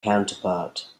counterpart